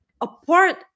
apart